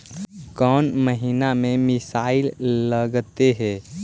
कौन महीना में मिसाइल लगते हैं?